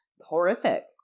Horrific